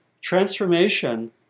transformation